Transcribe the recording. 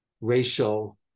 racial